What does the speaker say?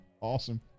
Awesome